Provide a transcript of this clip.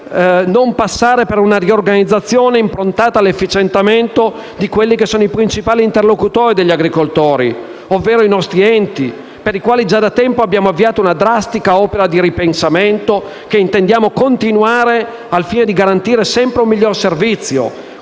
non passare per una riorganizzazione improntata all’efficientamento dei principali interlocutori degli agricoltori, ovvero i nostri enti, per i quali abbiamo avviato da tempo una drastica opera di ripensamento, che intendiamo continuare al fine di garantire un migliore servizio,